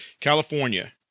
California